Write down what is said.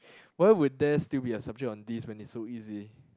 why would there still be a subject on this when it's so easy